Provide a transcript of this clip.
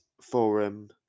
forum